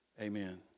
Amen